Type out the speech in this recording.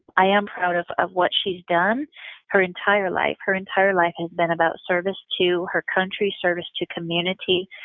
i am proud of of what she's done her entire life. her entire life has been about service to her country, service to community,